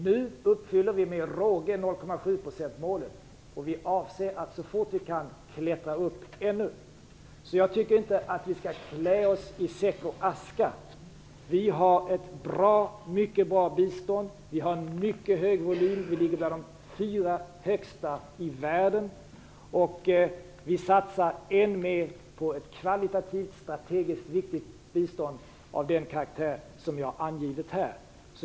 Nu uppfyller vi med råge 0,7-procentsmålet, och vi avser att klättra ännu högre så fort vi kan. Jag tycker därför inte att vi skall klä oss i säck och aska. Vi har ett mycket bra bistånd. Vi har en mycket stor volym på biståndet, vi ligger i det avseendet bland de fyra främsta i världen. Vi satsar också än mer på ett kvalitativt, strategiskt viktigt bistånd av den karaktär som jag har angivit här.